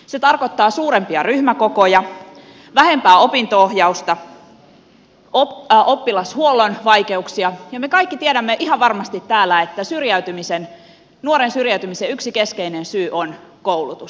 se tarkoittaa suurempia ryhmäkokoja vähempää opinto ohjausta oppilashuollon vaikeuksia ja me kaikki täällä tiedämme ihan varmasti että nuoren syrjäytymisen yksi keskeinen syy on koulutus